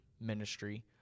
ministry